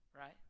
right